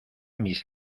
mis